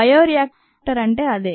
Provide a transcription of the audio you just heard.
bioreactor అంటే అదే